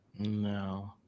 No